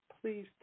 Please